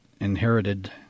inherited